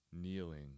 kneeling